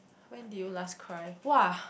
when did you last cry !wah!